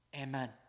Amen